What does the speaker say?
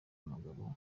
umugabo